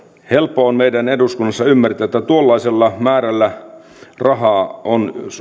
helppo on meidän eduskunnassa ymmärtää että tuollaisella määrällä rahaa on